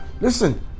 Listen